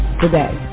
today